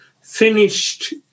finished